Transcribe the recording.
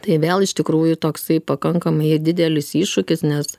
tai vėl iš tikrųjų toksai pakankamai didelis iššūkis nes